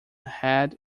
head